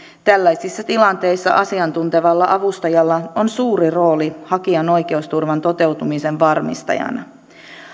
tällaisissa tilanteissa asiantuntevalla avustajalla on suuri rooli hakijan oikeusturvan toteutumisen varmistajana